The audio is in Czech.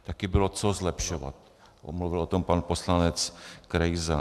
Taky bylo co zlepšovat a mluvil o tom pan poslanec Krejza.